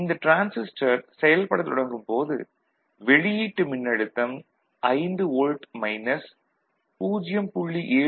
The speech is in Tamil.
இந்த டிரான்சிஸ்டர் செயல்படத் தொடங்கும் போது வெளியீட்டு மின்னழுத்தம் 5 வோல்ட் மைனஸ் 0